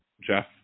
Jeff